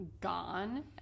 gone